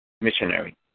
missionary